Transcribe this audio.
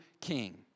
king